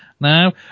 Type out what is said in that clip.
now